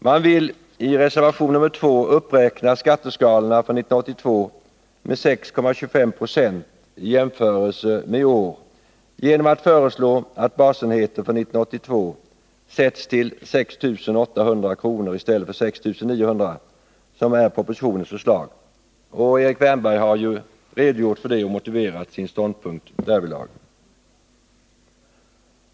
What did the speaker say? Man vill enligt reservationen räkna upp skatteskalorna för 1982 med 6,25 96 i jämförelse med i år genom att föreslå att basenheten för 1982 sätts till 6 800 kr. i stället för 6 900 kr., som är propositionens förslag. Erik Wärnberg har redogjort för detta och motiverat sin ståndpunkt därvidlag.